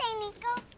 ah nico.